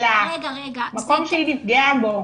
מקום שהיא נפגעה בו.